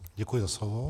Děkuji za slovo.